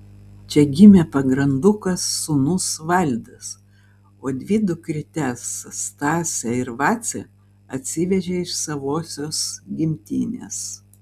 čia gimė pagrandukas sūnus valdas o dvi dukrytes stasę ir vacę atsivežė iš savosios gimtinės